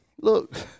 Look